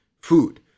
food